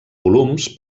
volums